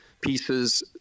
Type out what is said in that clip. pieces